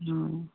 অ